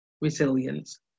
resilience